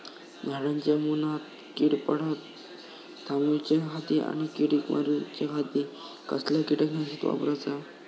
झाडांच्या मूनात कीड पडाप थामाउच्या खाती आणि किडीक मारूच्याखाती कसला किटकनाशक वापराचा?